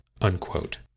unquote